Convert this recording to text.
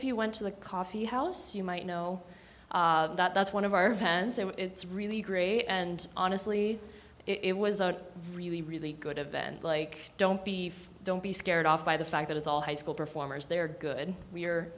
of you went to the coffee house you might know that that's one of our vans and it's really agree and honestly it was a really really good event like don't be don't be scared off by the fact that it's all high school performers they're good we're